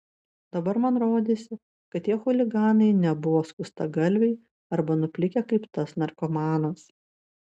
dabar man rodėsi kad tie chuliganai nebuvo skustagalviai arba nuplikę kaip tas narkomanas